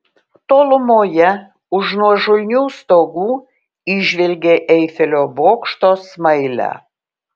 tolumoje už nuožulnių stogų įžvelgė eifelio bokšto smailę